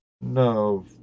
No